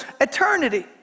eternity